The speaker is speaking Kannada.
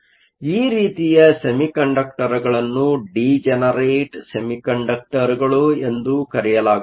ಆದ್ದರಿಂದ ಈ ರೀತಿಯ ಸೆಮಿಕಂಡಕ್ಟರ್ಗಳನ್ನು ಡಿಜನರೇಟ್ ಸೆಮಿಕಂಡಕ್ಟರ್ಗಳು ಎಂದು ಕರೆಯಲಾಗುತ್ತದೆ